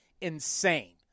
insane